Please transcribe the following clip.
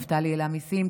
נפתלי העלה מיסים,